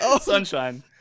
Sunshine